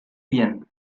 bien